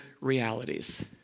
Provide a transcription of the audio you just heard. realities